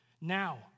now